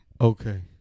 Okay